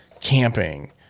camping